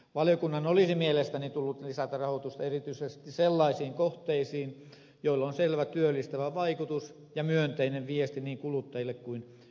valiokunnan olisi mielestäni tullut lisätä rahoitusta erityisesti sellaisiin kohteisiin joilla on selvä työllistävä vaikutus ja myönteinen viesti niin kuluttajille kuin yrityssektorillekin